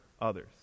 others